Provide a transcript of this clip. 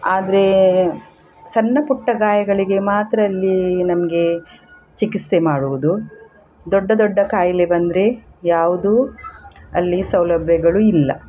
ಆದರೆ ಸಣ್ಣ ಪುಟ್ಟ ಗಾಯಗಳಿಗೆ ಮಾತ್ರ ಅಲ್ಲಿ ನಮಗೆ ಚಿಕಿತ್ಸೆ ಮಾಡುವುದು ದೊಡ್ಡ ದೊಡ್ಡ ಖಾಯಿಲೆ ಬಂದರೆ ಯಾವುದು ಅಲ್ಲಿ ಸೌಲಭ್ಯಗಳು ಇಲ್ಲ